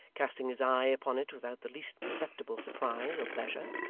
casting his eye upon it without the least perceptible surprise or pleasure.